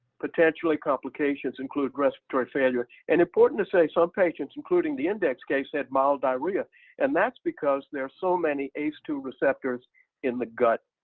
potentially, complications include respiratory failure and important to say some patients including the index case had mild diarrhea and that's because there are so many ace two receptors in the gut.